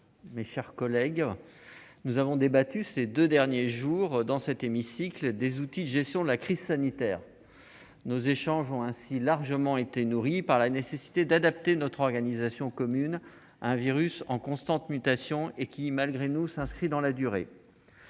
derniers jours, nous avons débattu dans cet hémicycle des outils de gestion de la crise sanitaire ; nos échanges ont été largement nourris par la nécessité d'adapter notre organisation commune à un virus en constante mutation, qui, malgré nous, s'inscrit dans la durée.